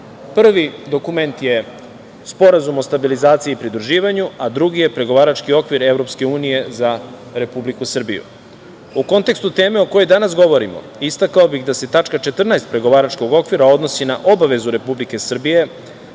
dokument je Sporazum o stabilizaciji i pridruživanju, a drugi je Pregovarački okvir EU za Republiku Srbiju.U kontekstu teme o kojoj danas govorimo, istakao bih da se tačka 14. Pregovaračkog okvira odnosi na obavezu Republike Srbije